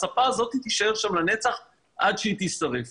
הספה הזאת תישאר שם לנצח עד שהיא תישרף.